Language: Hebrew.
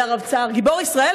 גיבור ישראל,